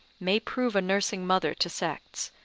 may prove a nursing-mother to sects,